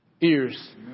ears